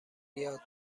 بیاد